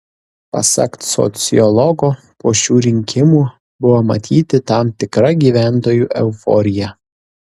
pasak sociologo po šių rinkimų buvo matyti tam tikra gyventojų euforija